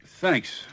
Thanks